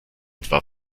etwa